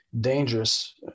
dangerous